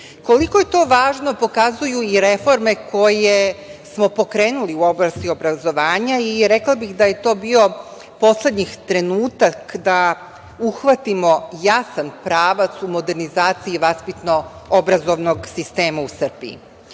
Srbiji. Koliko je to važno pokazuju i reforme koje smo pokrenuli u oblasti obrazovanja i rekla bih da je bio poslednji trenutak da uhvatimo jasan pravac u modernizaciji vaspitno obrazovnog sistema u Srbiji. Slažem